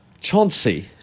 Chauncey